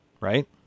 Right